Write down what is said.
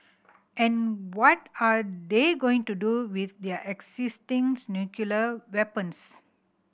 and what are they going to do with their existing nuclear weapons